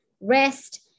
rest